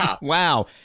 wow